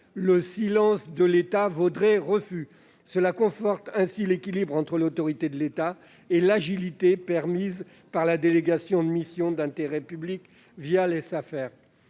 le silence de l'État vaudrait refus. L'équilibre entre l'autorité de l'État et l'agilité permise par la délégation de mission d'intérêt public, les Safer,